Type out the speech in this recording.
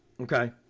Okay